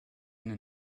eine